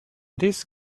this